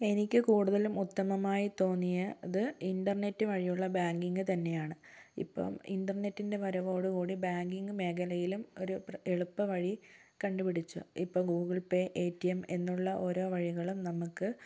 എനിക്ക് കൂടുതലും ഉത്തമമായി തോന്നിയത് ഇൻറർനെറ്റ് വഴിയുള്ള ബാങ്കിങ് തന്നെയാണ് ഇപ്പം ഇൻറർനെറ്റിൻറെ വരവോടു കൂടി ബാങ്കിങ് മേഖലയിലും ഒരു എളുപ്പ വഴി കണ്ടുപിടിച്ചു ഇപ്പം Google Pay A T M എന്നുള്ള ഓരോ വഴികളും നമുക്ക്